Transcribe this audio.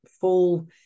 full